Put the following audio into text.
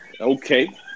Okay